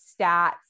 stats